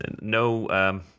No